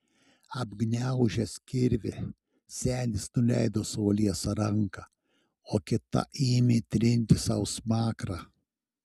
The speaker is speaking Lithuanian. apgniaužęs kirvį senis nuleido savo liesą ranką o kita ėmė trinti sau smakrą